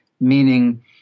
meaning